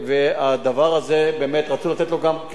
ורצו לתת לו גם כיסא חלופי,